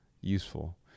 useful